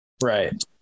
right